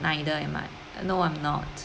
neither am I no I'm not